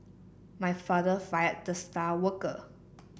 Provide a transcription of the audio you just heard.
my father fired the star worker